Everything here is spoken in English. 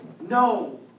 No